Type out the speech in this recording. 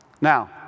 Now